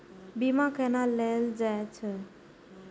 बीमा केना ले जाए छे?